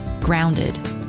grounded